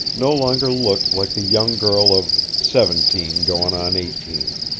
no longer looked like the young girl of seventeen goin' on eighteen.